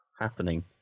happening